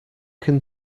can